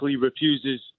refuses